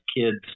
kids